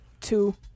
two